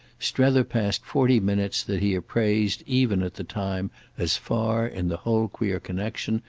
strether passed forty minutes that he appraised even at the time as far, in the whole queer connexion,